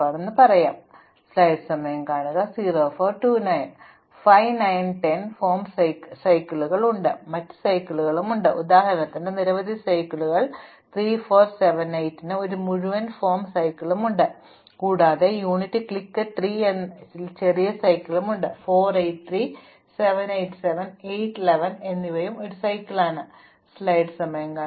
ഉദാഹരണത്തിന് 5 9 10 ഫോം സൈക്കിളുകൾ ഉണ്ട് മറ്റ് സൈക്കിളുകളും ഉണ്ട് ഉദാഹരണത്തിന് നിരവധി സൈക്കിളുകൾ ഉണ്ട് 3 4 7 8 ന് ഒരു മുഴുവൻ ഫോം ഒരു സൈക്കിൾ ഉണ്ട് കൂടാതെ യൂണിറ്റ് ക്ലിക്ക് 3 ൽ ചെറിയ സൈക്കിളുകളും ഉണ്ട് 4 8 3 7 8 7 8 11 എന്നിവയും ഒരു ചക്രമാണ്